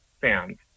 fans